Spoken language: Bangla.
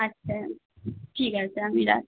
আচ্ছা ঠিক আছে আমি রাখ